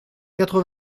quatre